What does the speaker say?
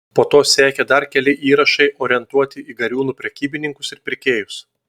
po to sekė dar keli įrašai orientuoti į gariūnų prekybininkus ir pirkėjus